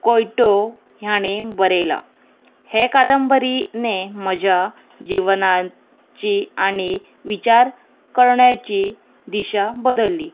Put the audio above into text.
कोयटो ह्या बरयला हे कादंबरी न्ही म्हज्या जिवनांची आनी विचार कळ्याची दिशा बदल्ली